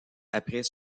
après